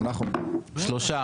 שלושה.